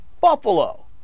Buffalo